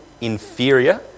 inferior